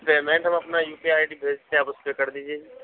payment ہم اپنا U P I I D بھیجتے ہیں آپ اُس پہ کر دیجیے جی